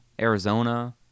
Arizona